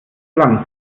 lang